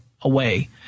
away